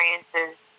experiences